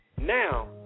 now